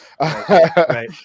right